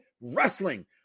wrestling